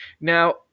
Now